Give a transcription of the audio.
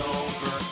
over